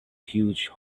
huge